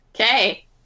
Okay